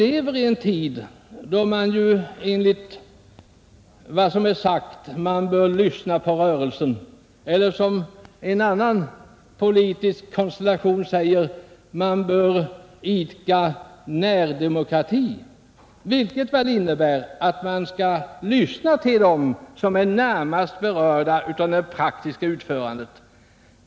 En politisk konstellation säger t.o.m. att man bör idka ”närdemokrati”, vilket innebär att man skall lyssna till dem som närmast är berörda av det praktiska utförandet.